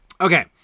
Okay